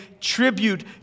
tribute